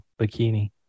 bikini